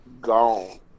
gone